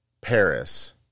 Paris